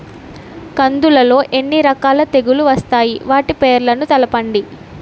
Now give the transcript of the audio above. కందులు లో ఎన్ని రకాల తెగులు వస్తాయి? వాటి పేర్లను తెలపండి?